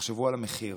תחשבו על המחיר.